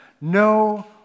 No